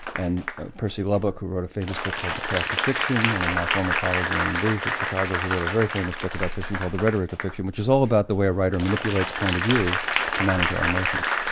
and percy lubbock who wrote a famous book called the craft of fiction and then my former colleague, wayne booth at chicago who wrote a very famous book about fiction called the rhetoric of fiction, which is all about the way a writer manipulates point of view to manage our emotions.